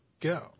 go